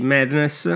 Madness